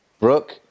Brooke